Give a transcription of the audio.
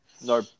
no